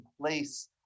place